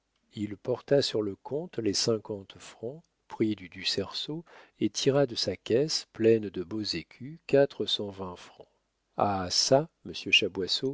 il porta sur le compte les cinquante francs prix du ducerceau et tira de sa caisse pleine de beaux écus quatre cent vingt francs ah çà monsieur